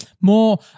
more